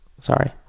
sorry